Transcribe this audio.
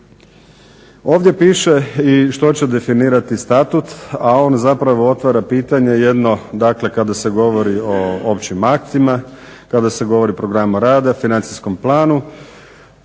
Ovdje piše i što će definirati statut, a on zapravo otvara pitanje jedno dakle kada se govori o općim aktima, kada se govori o programu rada, financijskom planu.